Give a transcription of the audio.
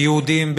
ביהודים,